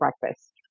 breakfast